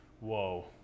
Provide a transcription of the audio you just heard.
Whoa